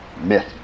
myth